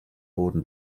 boden